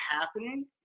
happening